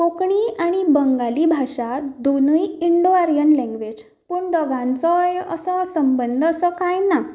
कोंकणी आनी बंगाली भाशा दोनूय इन्डो आर्यन लॅंग्वेज पूण दोगांचोय असो संबंद असो कांय ना